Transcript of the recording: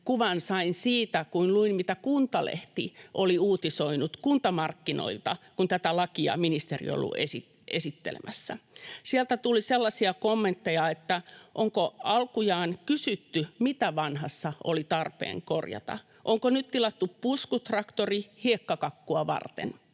kuvan sain siitä, kun luin, mitä Kuntalehti oli uutisoinut Kuntamarkkinoilta, kun tätä lakia ministeri oli ollut esittelemässä. Sieltä tuli sellaisia kommentteja, että ”onko alkujaan kysytty, mitä vanhassa oli tarpeen korjata, onko nyt tilattu puskutraktori hiekkakakkua varten”.